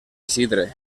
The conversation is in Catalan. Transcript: isidre